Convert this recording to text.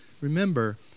remember